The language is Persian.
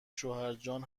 شوهرجان